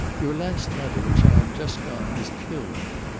your last letter which i have just got has killed me.